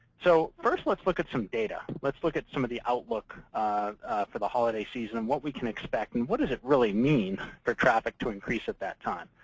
so first let's look at some data. let's look at some of the outlook for the holiday season and what we can expect. and what does it really mean for traffic to increase at that time?